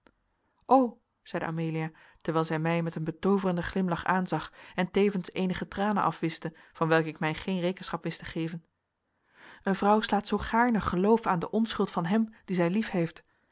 o zeide amelia terwijl zij mij met een betooverenden glimlach aanzag en tevens eenige tranen afwischte van welke ik mij geen rekenschap wist te geven een vrouw slaat zoo gaarne geloof aan de onschuld van hem dien zij liefheeft